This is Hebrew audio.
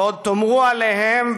ועוד תאמרו עליהם,